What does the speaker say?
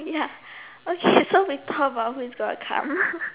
ya okay so we talk about who is gonna come